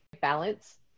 balance